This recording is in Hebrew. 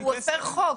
הוא הפר חוק.